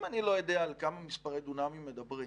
אם אני לא יודע על כמה דונמים מדברים,